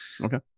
Okay